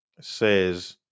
Says